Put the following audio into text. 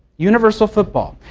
universal football.